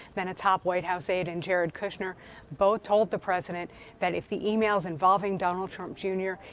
then a top white house aide, and jared kushner both told the president that if the e-mails involving donald trump jr.